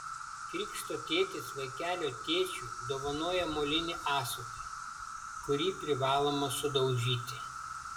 krikšto tėtis vaikelio tėčiui dovanoja molinį ąsotį kurį privaloma sudaužyti